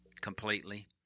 completely